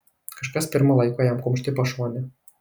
kažkas pirma laiko jam kumšt į pašonę